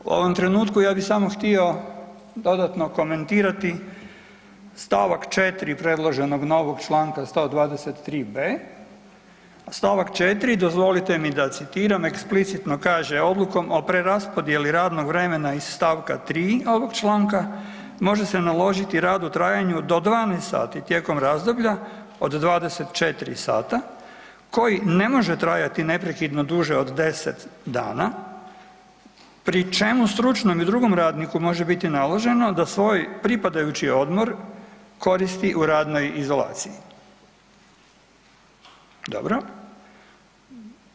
U ovom trenutku ja bih samo htio dodatno komentirati st. 4. predloženog novog čl. 123.b, st. 4. dozvolite mi da citira eksplicitno kaže: „Odlukom o preraspodjeli radnog vremena iz st. 3. ovog članka može se naložiti rad u trajanju do 12 sati tijekom razdoblje od 24 sata koji ne može trajati neprekidno duže od 10 dana pri čemu stručnom i drugom radniku može biti naloženo da svoj pripadajući odmor koristi u radnoj izolaciji.“ Dobro.